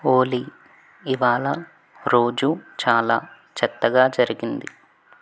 ఓలి ఇవాళ రోజు చాలా చెత్తగా జరిగింది